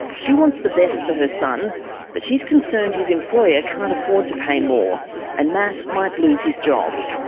she wants the best for her son but she's concerned his employer can't afford to pay more and matt might lose his job.